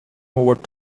moved